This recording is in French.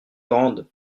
grandes